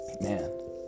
man